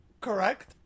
correct